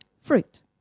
fruit